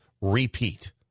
repeat